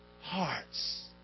hearts